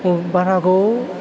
औ भाराखौ